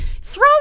throw